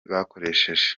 bakoresheje